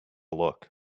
look